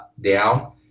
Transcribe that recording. down